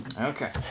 Okay